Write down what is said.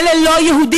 אלה לא יהודים.